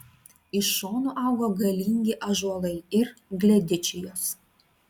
iš šonų augo galingi ąžuolai ir gledičijos